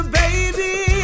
baby